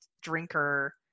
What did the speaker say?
drinker